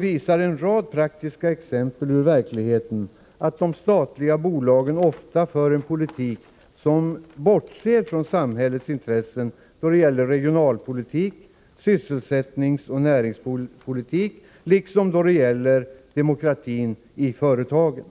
visar emellertid en rad praktiska exempel ur verkligheten att de statliga bolagen ofta för en politik som bortser från samhällets intressen då det gäller regionalpolitik, sysselsättningsoch näringspolitik, liksom då det gäller demokratin i företagen.